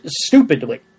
stupidly